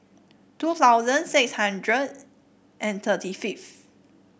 two thousand six hundred and thirty fifth